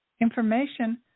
Information